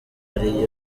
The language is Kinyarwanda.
hari